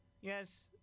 Yes